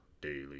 daily